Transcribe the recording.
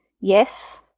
yes